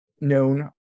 known